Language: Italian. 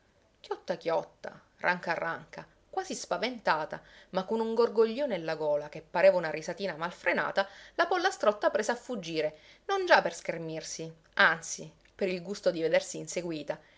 chiotta chiotta ranca ranca quasi spaventata ma con un gorgoglio nella gola che pareva una risatina mal frenata la pollastrotta prese a fuggire non già per schermirsi anzi per il gusto di vedersi inseguita